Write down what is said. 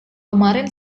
kemarin